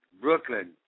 Brooklyn